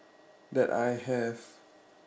that I have